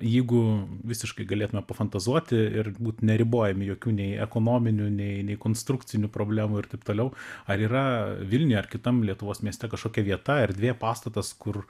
jeigu visiškai galėtume pafantazuoti ir būt neribojami jokių nei ekonominių nei nei konstrukcinių problemų ir taip toliau ar yra vilniuje ar kitam lietuvos mieste kažkokia vieta erdvė pastatas kur